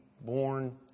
born